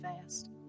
fast